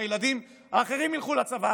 שהילדים האחרים ילכו לצבא,